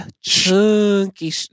chunky